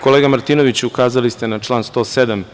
Kolega Martinoviću ukazali ste na član 107.